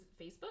Facebook